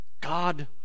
God